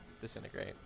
Disintegrate